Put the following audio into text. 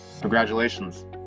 Congratulations